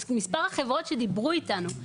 מספר החברות שדיברו איתנו,